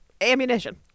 ammunition